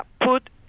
put